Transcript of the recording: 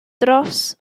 dros